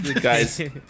guys